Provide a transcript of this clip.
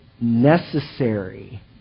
necessary